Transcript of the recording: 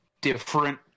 different